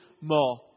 more